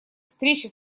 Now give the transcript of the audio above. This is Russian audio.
встречи